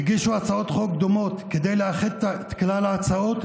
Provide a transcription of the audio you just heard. הגישו הצעות חוק דומות כדי לאחד את כלל ההצעות,